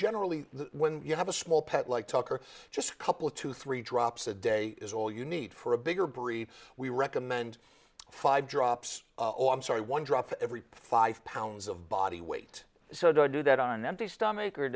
generally when you have a small pet like tucker just a couple to three drops a day is all you need for a bigger bri we recommend five drops i'm sorry one drop every five pounds of body weight so do that on an empty stomach or